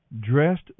dressed